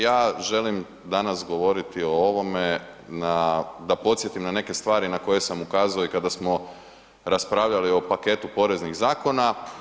Ja želim danas govoriti o ovome da podsjetim na neke stvari na koje sam ukazao i kada smo raspravljali o paketu poreznih zakona.